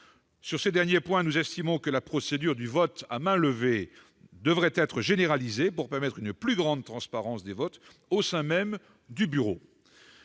Sur ces derniers points, nous estimons que la procédure du vote à main levée devrait être généralisée, afin de permettre une plus grande transparence des votes au sein même du Bureau.